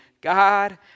God